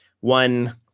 one